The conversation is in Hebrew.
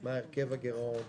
מה הרכב הגירעון,